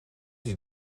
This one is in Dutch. die